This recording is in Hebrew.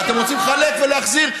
אתם רוצים לחלק ולהחזיר?